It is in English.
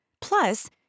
Plus